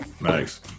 nice